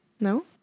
no